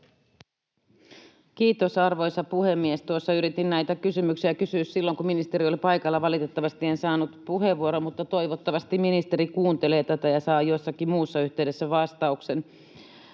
Kiitos, arvoisa puhemies! Yritin näitä kysymyksiä kysyä silloin, kun ministeri oli paikalla. Valitettavasti en saanut puheenvuoroa, mutta toivottavasti ministeri kuuntelee tätä ja saan jossakin muussa yhteydessä vastauksen.